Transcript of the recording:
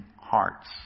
hearts